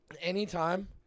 anytime